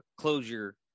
closure